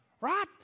Right